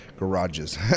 garages